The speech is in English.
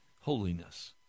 holiness